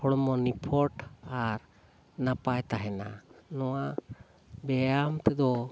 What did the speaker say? ᱦᱚᱲᱢᱚ ᱱᱤᱯᱷᱩᱴ ᱟᱨ ᱱᱟᱯᱟᱭ ᱛᱟᱦᱮᱱᱟ ᱱᱚᱣᱟ ᱵᱮᱭᱟᱢ ᱛᱮᱫᱚ